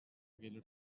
gelir